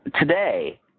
today